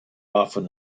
often